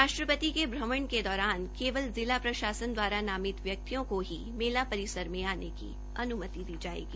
राष्ट्रपति के भ्रमण के दौरान केवल जिला प्रशासन द्वारा नामित व्यक्तियों को ही मेला परिसर में आने की अन्मति दी जायेगी